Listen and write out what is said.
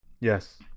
Yes